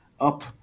up